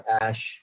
ash